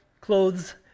clothes